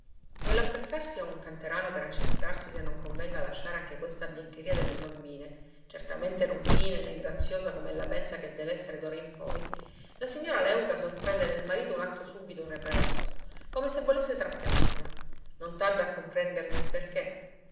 bambine nell'appressarsi a un canterano per accertarsi se non convenga lasciare anche questa biancheria delle bambine certamente non fine né graziosa com'ella pensa che dev'essere d'ora in poi la signora léuca sorprende nel marito un atto subito represso come se volesse trattenerla non tarda a comprenderne il perché